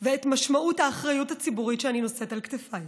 ואת משמעות האחריות הציבורית שאני נושאת על כתפיי.